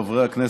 חברי הכנסת,